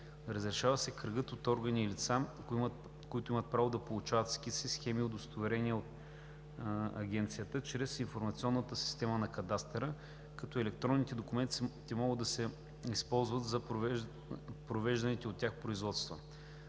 Разширява се кръгът от органи и лица, които имат право да получават скици, схеми и удостоверения от Агенцията чрез информационната система на кадастъра, като електронните документи могат да се използват за провежданите от тях производства.